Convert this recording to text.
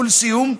ולסיום,